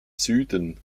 süden